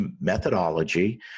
methodology